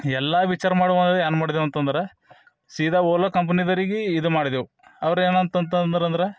ಎಲ್ಲ ವಿಚಾರ ಮಾಡ್ವ ಅಂದ್ರೆ ಏನ್ ಮಾಡಿದೆವು ಅಂತಂದ್ರೆ ಸೀದಾ ಓಲೋ ಕಂಪನಿದಿರಿಗೆ ಇದು ಮಾಡಿದೆವು ಅವ್ರು ಏನು ಅಂತಂತ ಅಂದರು ಅಂದ್ರೆ